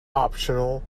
optional